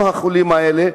עם החולים האלה.